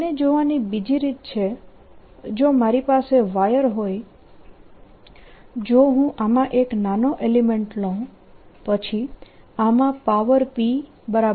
તેને જોવાની બીજી રીત છે જો મારી પાસે વાયર હોય જો હું આમાં એક નાનો એલીમેન્ટ લઉં પછી આમાં પાવર PV